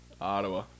Ottawa